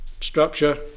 structure